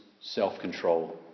self-control